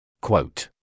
Quote